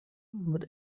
but